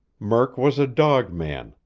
murk was a dog man,